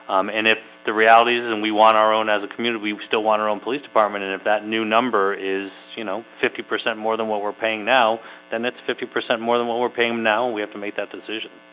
um and if the reality is and we want our own as a community we still want our own police department and if that new number is, you know, fifty percent more than what we're paying now then it's fifty percent more than what we're paying. now. we have to make that decision.